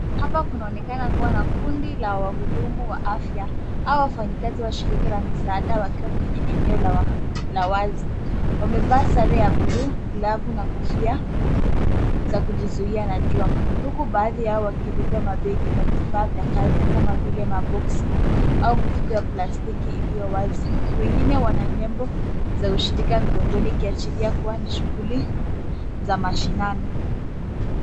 Hapa kunaonekana kuwa na kundi la wahudumua wa afya au wafanyikazi wa shirika la misaada wakiwa kwenye eneo la wazi. Wamevaa sare ya bluu, glavu na kofia za kujizuia na jua huku baadhi yao wakibeba mabegi na vifaa vya kazi kama vile maboksi au mifuko ya plastiki iliyowazi. Wengine wana nembo za ushirika mgongoni ikiashiria kuwa ni shughuli za mashinani.